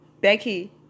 Becky